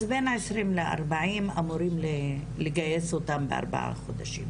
אז בן 20 ל-40 אמורים לגייס בארבעה חודשים,